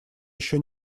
ещё